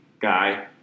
guy